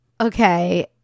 Okay